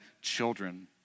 children